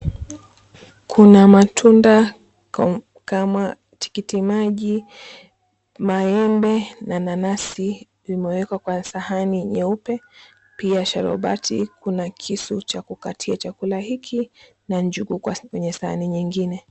Kuna matunda kama tikiti maji, maembe na nanasi zimewekwa kwa sahani nyeupe pia sharubati, kuna kisu cha kukatia chakula hiki na njugu kwenye sahani nyingine.